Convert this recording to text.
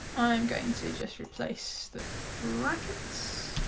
i am going to just replace the brackets